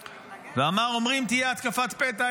ואמר: אומרים שתהיה התקפת פתע,